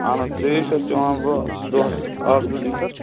اَہن حظ ترٛیش حظ چٮ۪وان بہٕ دۄہَس اَکھ زٕ لیٖٹَر